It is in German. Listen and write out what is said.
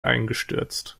eingestürzt